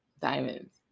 Diamonds